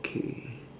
okay